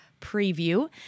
preview